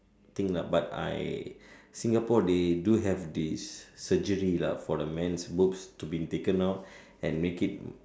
thing lah but I Singapore they do have this surgery lah for the men's boobs to be taken out and making it